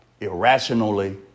irrationally